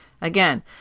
Again